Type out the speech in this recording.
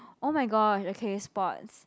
oh my god okay sports